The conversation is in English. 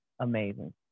amazing